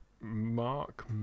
Mark